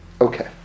Okay